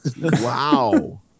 Wow